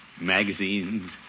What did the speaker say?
magazines